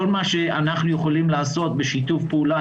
כל מה שאנחנו יכולים לעשות בשיתוף פעולה